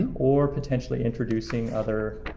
and or potentially introducing other